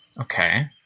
Okay